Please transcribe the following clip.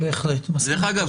דרך אגב,